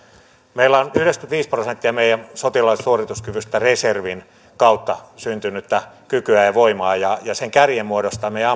meillä on yhdeksänkymmentäviisi prosenttia meidän sotilaallisesta suorituskyvystämme reservin kautta syntynyttä kykyä ja voimaa ja sen kärjen muodostaa meidän